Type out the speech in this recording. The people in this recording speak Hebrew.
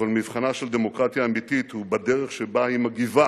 אבל מבחנה של דמוקרטיה אמיתית הוא בדרך שבה היא מגיבה